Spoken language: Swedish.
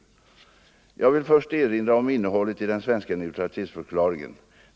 Jag vill först erinra om innehållet i den svenska neutralitetsförklaringen.